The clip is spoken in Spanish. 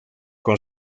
con